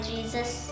Jesus